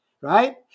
right